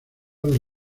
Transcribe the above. del